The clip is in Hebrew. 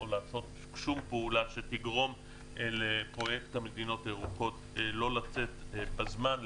או לעשות שום פעולה שתגרום לפרויקט המדינות הירוקות לא לצאת בזמן.